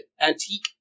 antique